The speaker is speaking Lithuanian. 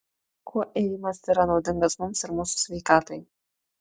kuo ėjimas yra naudingas mums ir mūsų sveikatai